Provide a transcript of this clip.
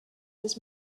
was